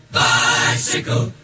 bicycle